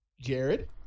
Jared